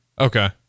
Okay